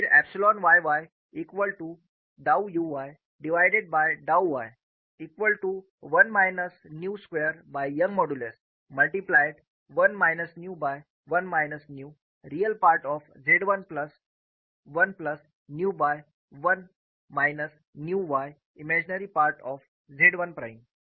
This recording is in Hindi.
फिर epsilon y y equal to डाउ u y डिवाइडेड बाय डाउ y equal to one minus nu square by Young modulus multiplied 1 minus nu by 1 minus nu real part of Z 1 plus 1 plus nu by 1 minus nu y imaginary part of Z 1 prime